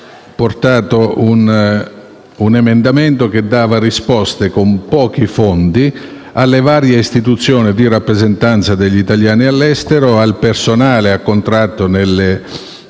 presentato un emendamento che dava risposte con pochi fondi alle varie istituzioni di rappresentanza degli italiani all'estero, al personale a contratto nei